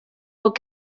bod